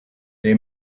they